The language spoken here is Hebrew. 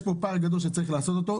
יש פה פער גדול שצריך לבדוק.